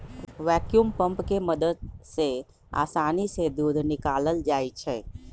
vacuum pump के मदद से आसानी से दूध निकाकलल जाइ छै